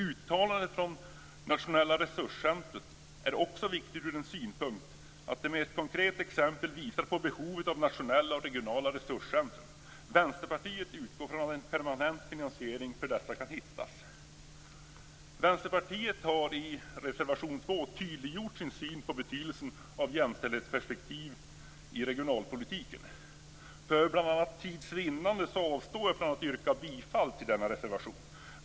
Uttalandet från Nationellt resurscentrum är också viktigt ur den synpunkten att det med ett konkret exempel visar på behovet av nationella och regionala resurscentrum. Vänsterpartiet utgår från att permanent finansiering för dessa kan hittas. Vänsterpartiet har i reservation 2 tydliggjort sin syn på betydelsen av jämställdhetsperspektiv i regionalpolitiken. För bl.a. tids vinnande avstår jag från att yrka bifall till denna reservation.